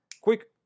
Quick